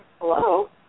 Hello